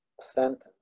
sentence